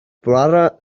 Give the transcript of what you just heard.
brother